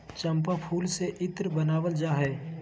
चम्पा फूल से इत्र बनावल जा हइ